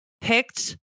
picked